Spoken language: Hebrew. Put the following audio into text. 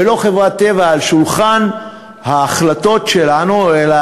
ולא חברת "טבע" על שולחן ההחלטות שלנו אלא